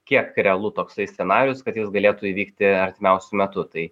kiek realu toksai scenarijus kad jis galėtų įvykti artimiausiu metu tai